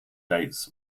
dates